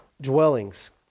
dwellings